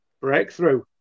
breakthrough